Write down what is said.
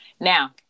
Now